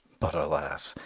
but alas!